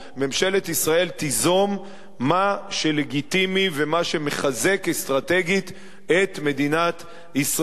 ממשלת ישראל תיזום מה שלגיטימי ומה שמחזק אסטרטגית את מדינת ישראל.